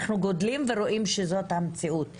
אנחנו גדלים ורואים שזאת המציאות.